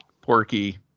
Porky